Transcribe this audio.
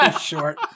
short